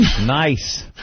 Nice